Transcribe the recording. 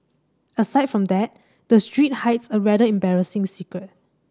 aside from that the street hides a rather embarrassing secret